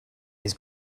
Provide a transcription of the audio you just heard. his